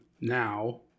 now